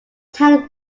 ten